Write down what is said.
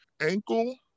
ankle